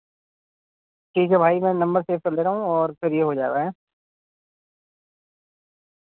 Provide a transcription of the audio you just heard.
ٹھیک ہے بھائی میں نمبر سیو کر لے رہا ہوں اور پھر یہ ہو جائے گا ہے